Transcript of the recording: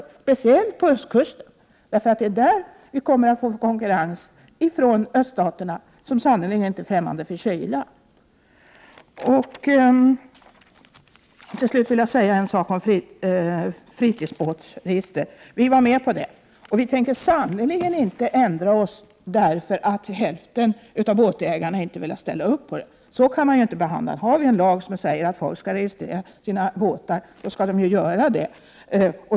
Det gäller speciellt östkusten, eftersom det är där vi kommer att få konkurrens från öststaterna, som sannerligen inte är främmande för kyla. Till slut beträffande fritidsbåtsregistret: Vi var med på det registret, och vi tänker sannerligen inte ändra oss därför att hälften av båtägarna inte velat ställa upp på det. Om vi har en lag som säger att folk skall registrera sina båtar, då skall de göra det.